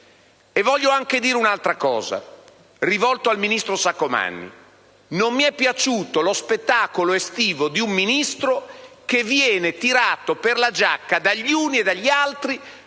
Voglio dire anche un'altra cosa rivolgendomi al ministro Saccomanni. Non mi è piaciuto lo spettacolo estivo di un Ministro che viene tirato per la giacca dagli uni e dagli altri